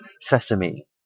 Sesame